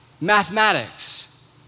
mathematics